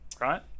right